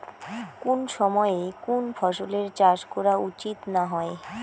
কুন সময়ে কুন ফসলের চাষ করা উচিৎ না হয়?